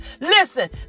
Listen